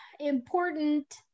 important